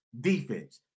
defense